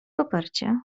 kopercie